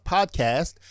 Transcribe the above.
Podcast